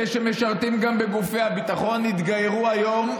אלו שמשרתים גם בגופי הביטחון, התגיירו עד היום,